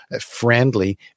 friendly